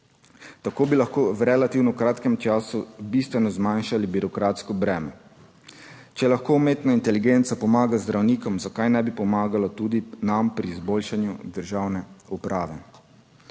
Tako bi lahko v relativno kratkem času bistveno zmanjšali birokratsko breme. Če lahko umetna inteligenca pomaga zdravnikom, zakaj ne bi pomagala tudi nam pri izboljšanju državne uprave?